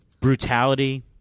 brutality